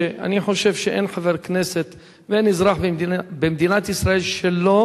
ואני חושב שאין חבר כנסת ואין אזרח במדינת ישראל שלא